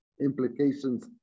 implications